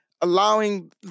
allowing